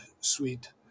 Suite